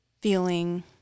feeling